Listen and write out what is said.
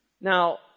Now